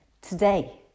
Today